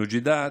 נוג'ידאת,